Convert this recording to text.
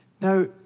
Now